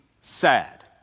sad